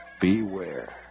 Beware